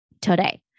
today